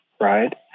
right